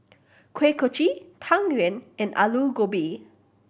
Kuih Kochi Tang Yuen and Aloo Gobi